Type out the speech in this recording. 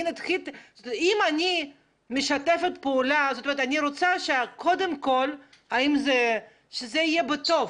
אם אני משתפת פעולה אני רוצה שקודם כול זה יהיה בטוב.